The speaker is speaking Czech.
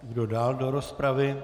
Kdo dál do rozpravy?